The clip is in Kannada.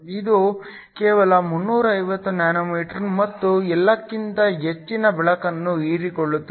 ಇದು ಕೇವಲ 350 nm ಮತ್ತು ಎಲ್ಲಕ್ಕಿಂತ ಹೆಚ್ಚಿನ ಬೆಳಕನ್ನು ಹೀರಿಕೊಳ್ಳುತ್ತದೆ